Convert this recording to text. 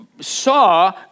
saw